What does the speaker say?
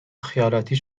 خیالاتی